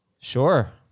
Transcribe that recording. Sure